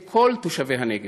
את כל תושבי הנגב,